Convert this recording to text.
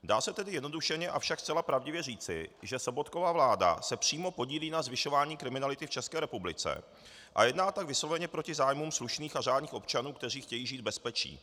Dá se tedy zjednodušeně, avšak zcela pravdivě říci, že Sobotkova vláda se přímo podílí na zvyšování kriminality v České republice a jedná tak vysloveně proti zájmům slušných a řádných občanů, kteří chtějí žít v bezpečí.